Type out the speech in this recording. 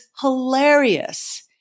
hilarious